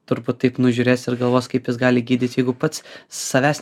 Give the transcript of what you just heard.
turbūt taip nužiūrės ir galvos kaip jis gali gydyt jeigu pats savęs